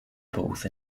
both